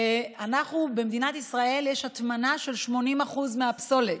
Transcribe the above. במדינת ישראל יש הטמנה של 80% מהפסולת.